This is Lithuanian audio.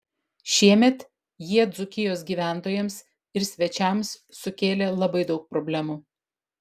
šiemet jie dzūkijos gyventojams ir svečiams sukėlė labai daug problemų